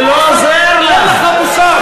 אין לך בושה.